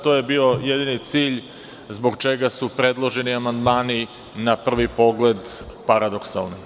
To je bio jedini cilj zbog čega su predloženi amandmani na prvi pogled paradoksalni.